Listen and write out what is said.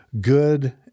good